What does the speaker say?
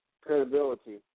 credibility